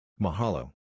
Mahalo